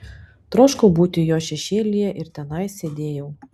troškau būti jo šešėlyje ir tenai sėdėjau